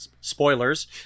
spoilers